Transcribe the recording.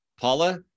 Paula